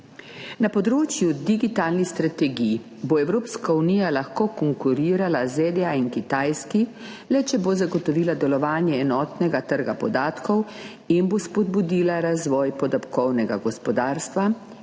Na področju digitalnih strategij bo Evropska unija lahko konkurirala ZDA in Kitajski le, če bo zagotovila delovanje enotnega trga podatkov in bo spodbudila razvoj podatkovnega gospodarstva,